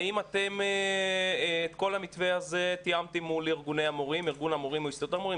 האם אתם תיאמתם את כל המתווה הזה מול ארגון המורים או הסתדרות המורים?